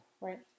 right